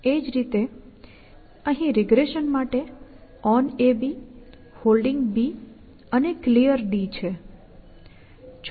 એ જ રીતે અહીં રીગ્રેશન માટે OnAB Holding અને Clear છે